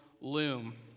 loom